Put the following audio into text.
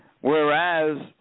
Whereas